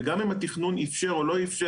וגם אם התכנון איפשר או לא איפשר,